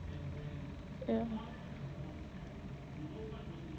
ya